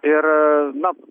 ir na